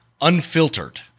Unfiltered